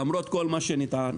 למרות כל מה שנטען,